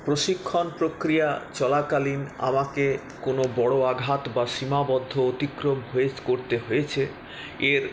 প্রশিক্ষণ প্রক্রিয়া চলাকালীন আমাকে কোনও বড়ো আঘাত বা সীমাবদ্ধ অতিক্রম ফেস করতে হয়েছে এর